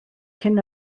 cyn